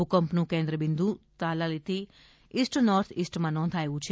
ભૂકંપનું કેન્દ્ર બિંદુ તાલાલાથી ઇસ્ટ નોર્થ ઇસ્ટમાં નોંધાયું છે